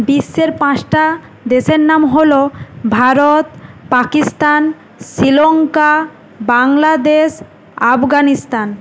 বিশ্বের পাঁচটা দেশের নাম হল ভারত পাকিস্তান শ্রীলঙ্কা বাংলাদেশ আফগানিস্তান